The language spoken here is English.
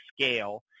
scale